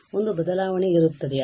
ಒಂದು ಬದಲಾವಣೆ ಇರುತ್ತದೆ